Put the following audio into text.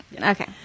Okay